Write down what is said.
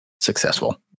successful